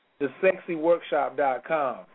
TheSexyWorkshop.com